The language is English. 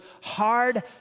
hard